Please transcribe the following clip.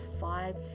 Five